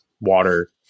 water